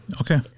okay